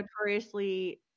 notoriously